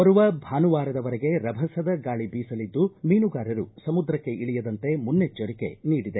ಬರುವ ಭಾನುವಾರದ ವರೆಗೆ ರಭಸದ ಗಾಳಿ ಬೀಸಲಿದ್ದು ಮೀನುಗಾರರು ಸಮುದ್ರಕ್ಷೆ ಇಳಿಯದಂತೆ ಮುನ್ನೆಚ್ಚರಿಕೆ ನೀಡಿದೆ